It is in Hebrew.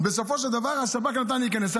בסופו של דבר השב"כ נתן להיכנס.